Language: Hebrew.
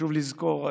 וחשוב לזכור,